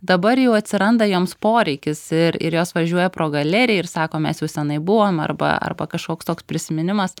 dabar jau atsiranda joms poreikis ir ir jos važiuoja pro galeriją ir sako mes jau senai buvom arba arba kažkoks toks prisiminimas